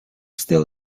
still